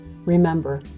Remember